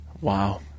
Wow